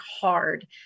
hard